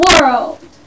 world